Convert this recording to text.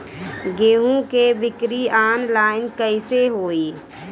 गेहूं के बिक्री आनलाइन कइसे होई?